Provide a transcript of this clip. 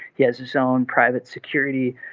he has his own private security.